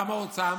למה הוא צם?